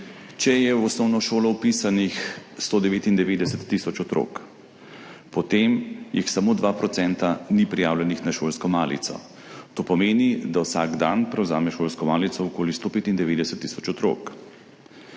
Če je v osnovno šolo vpisanih 199 tisoč otrok, potem jih samo 2 % ni prijavljenih na šolsko malico. To pomeni, da vsak dan prevzame šolsko malico okoli 195 tisoč otrok,